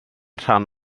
rhan